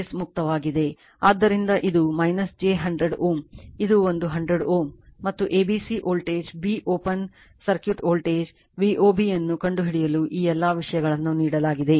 ಆದ್ದರಿಂದ ಇದು j 100 Ω ಇದು ಒಂದು 100 Ω ಮತ್ತು A B C voltage b open circuit voltage VOB ಯನ್ನು ಕಂಡುಹಿಡಿಯಲು ಈ ಎಲ್ಲ ವಿಷಯಗಳನ್ನು ನೀಡಲಾಗಿದೆ